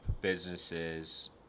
businesses